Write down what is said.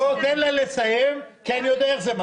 אופיר, תן לה לסיים, כי אני יודע איך זה מתחיל.